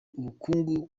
ubukungu